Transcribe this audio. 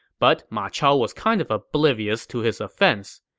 but ma chao was kind of oblivious to his offense.